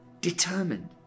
determined